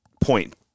point